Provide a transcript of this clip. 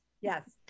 Yes